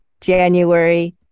January